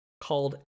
called